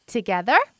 Together